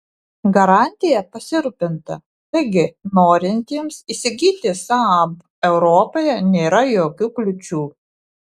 garantija pasirūpinta taigi norintiems įsigyti saab europoje nėra jokių kliūčių